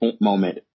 moment